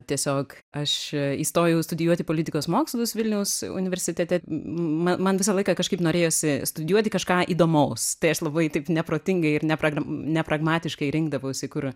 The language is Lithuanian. tiesiog aš įstojau studijuoti politikos mokslus vilniaus universitete mm man visą laiką kažkaip norėjosi studijuoti kažką įdomaus tai aš labai taip neprotingai ir neprag nepragmatiškai rinkdavausi kur